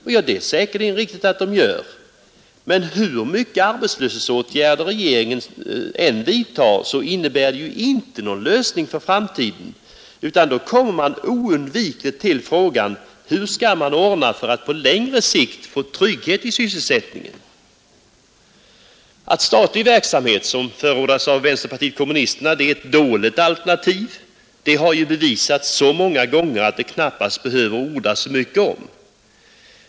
Det är säkerligen riktigt men hur mycket srbetrslöshetsatgärder regeringen än vidtar innebär det inte näzon lösning för framtiden. utan då kommer vi oundvikligen till frägan: Hur skall vi ordna det för att på längre sikt ge trygghet i sysselsättningen? Att statlig verksamhet som förordas av vänsterpartiet kommunisterna är ett dåligt alternativ har ju bevisats så många gånger att man knappast behöver orda så mycket därom.